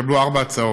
התקבלו ארבע הצעות.